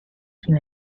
sin